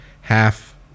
half